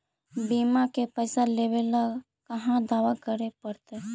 बिमा के पैसा लेबे ल कहा दावा करे पड़तै?